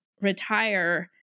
retire